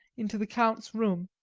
into the count's room.